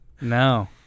No